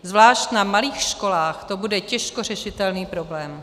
Zvlášť na malých školách to bude těžko řešitelný problém.